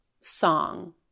song